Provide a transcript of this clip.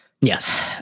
Yes